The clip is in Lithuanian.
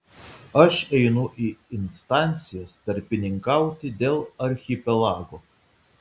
aš einu į instancijas tarpininkauti dėl archipelago